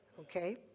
Okay